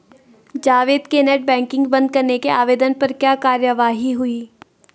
जावेद के net banking बंद करने के आवेदन पर क्या कार्यवाही हुई?